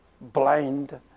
blind